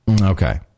Okay